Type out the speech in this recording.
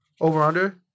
Over-under